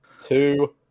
two